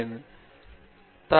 பேசுகிறேன்